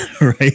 right